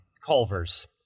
Culver's